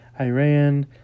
Iran